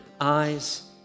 eyes